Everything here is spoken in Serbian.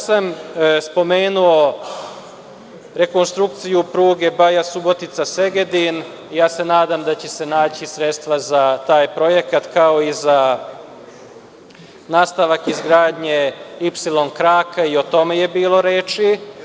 Spomenuo sam rekonstrukciju pruge Baja-Subotica-Segedin, nadam se da će se naći sredstva za taj projekat, kao i za nastavak izgradnje ipsilon kraka, i o tome je bilo reči.